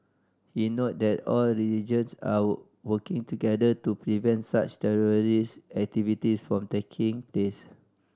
he noted that all religions are working together to prevent such terrorist activities from taking place